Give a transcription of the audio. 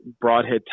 broadhead